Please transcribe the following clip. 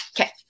Okay